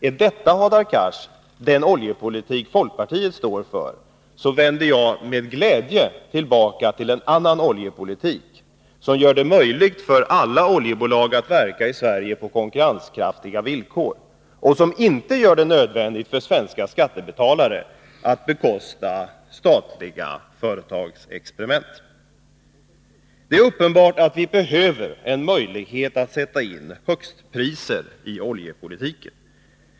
Är detta, Hadar Cars, den oljepolitik folkpartiet står för, vänder jag med glädje tillbaka till en annan oljepolitik, som gör det möjligt för alla oljebolag att verka i Sverige på konkurrenskraftiga villkor, och som inte gör det nödvändigt för svenska skattebetalare att bekosta statliga företags experimentverksamhet. Det är uppenbart att vi behöver en möjlighet att sätta in högstpriser i oljepolitiken.